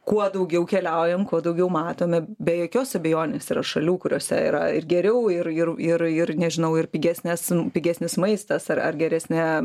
kuo daugiau keliaujam kuo daugiau matome be jokios abejonės yra šalių kuriose yra ir geriau ir ir ir ir nežinau ir pigesnes pigesnis maistas ar ar geresnė